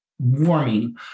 warming